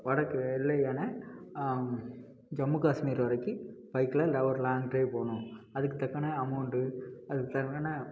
வடக்கு எல்லையான ஜம்மு காஷ்மீர் வரைக்கும் பைக்கில் நான் ஒரு லாங் டிரைவ் போகணும் அதுக்குத் தக்கன அமௌண்டு அதுக்கு தேவையான